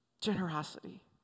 Generosity